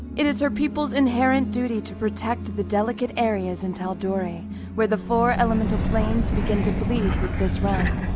it is her people's inherent duty to protect the delicate areas in tal'dorei where the four elemental planes begin to bleed with this realm.